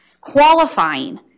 qualifying